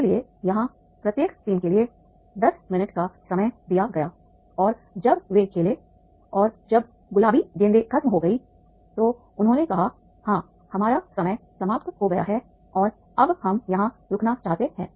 इसलिए यहां प्रत्येक टीम के लिए 10 मिनट का समय दिया गया और जब वे खेले और जब गुलाबी गेंदें खत्म हो गईं तो उन्होंने कहा हां हमारा समय समाप्त हो गया है और अब हम यहां रुकना चाहते हैं